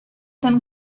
ten